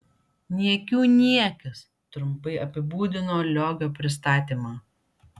niekių niekis trumpai apibūdino liogio pristatymą